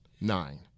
Nine